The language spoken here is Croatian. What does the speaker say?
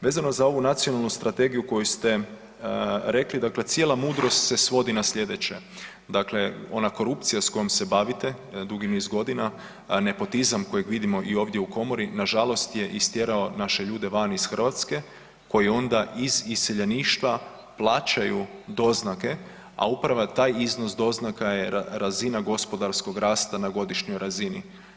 Vezano za ovu Nacionalnu strategiju koju ste rekli, dakle cijela mudrost se svodi na sljedeće, dakle ona korupcija s kojom se bavite dugi niz godina, nepotizam kojeg vidimo i ovdje u Komori, nažalost je istjerao naše ljude van iz Hrvatske koje onda iz iseljeništva plaćaju doznake, a upravo taj iznos doznaka je razina gospodarskog rasta na godišnjoj razini.